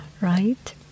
right